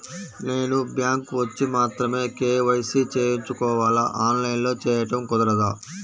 నేను బ్యాంక్ వచ్చి మాత్రమే కే.వై.సి చేయించుకోవాలా? ఆన్లైన్లో చేయటం కుదరదా?